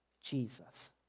Jesus